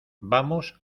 vamos